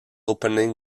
opening